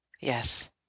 Yes